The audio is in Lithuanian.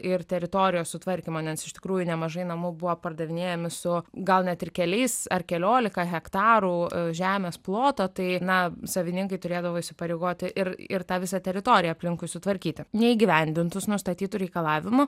ir teritorijos sutvarkymo nes iš tikrųjų nemažai namų buvo pardavinėjami su gal net ir keliais ar keliolika hektarų žemės ploto tai na savininkai turėdavo įsipareigoti ir ir tą visą teritoriją aplinkui sutvarkyti neįgyvendintus nustatytų reikalavimų